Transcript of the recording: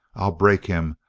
i'll break him,